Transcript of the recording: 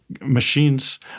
machines